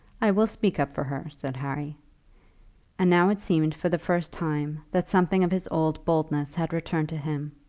i will speak up for her, said harry and now it seemed for the first time that something of his old boldness had returned to him.